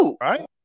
Right